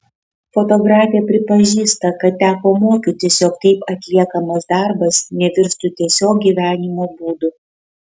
fotografė pripažįsta kad teko mokytis jog taip atliekamas darbas nevirstų tiesiog gyvenimo būdu